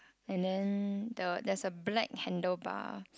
and then the there's a black handle bar